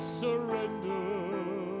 surrender